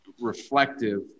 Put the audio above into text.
reflective